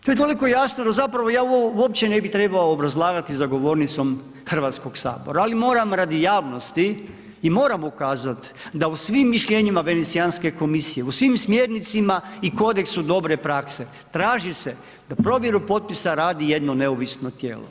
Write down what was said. To je toliko jasno da zapravo ja uopće ne bi trebao obrazlagati za govornicom Hrvatskog sabora, ali moram radi javnosti i moram ukazat da u svim mišljenjima Venecijanske komisije, u svim smjernicima i kodeksu dobre prakse traži se da provjeru potpisa radi jedno neovisno tijelo.